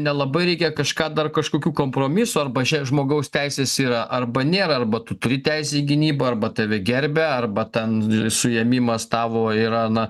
nelabai reikia kažką dar kažkokių kompromisų arba šio žmogaus teisės yra arba nėra arba tu turi teisę į gynybą arba tave gerbia arba tan suėmimas tavo yra na